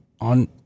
on